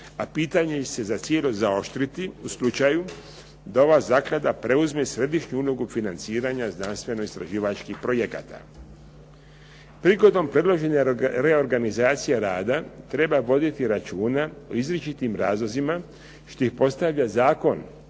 a pitanje će se zacijelo zaoštriti u slučaju da ova zaklada preuzme središnju ulogu financiranja znanstveno-istraživačkih projekata. Prigodom predložene reorganizacije rada treba voditi računa o izričitim razlozima što ih postavlja Zakon